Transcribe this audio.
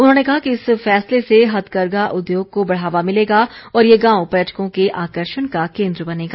उन्होंने कहा कि इस फैसले से हथकरघा उद्योग को बढ़ावा मिलेगा और ये गांव पर्यटकों के आकर्षण का केन्द्र बनेगा